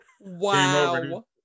Wow